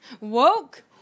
Woke